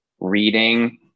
reading